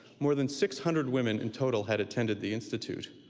more than six hundred women in total had attended the institute.